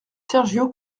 sergio